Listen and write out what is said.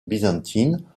byzantine